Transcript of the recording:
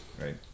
right